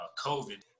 COVID